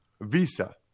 Visa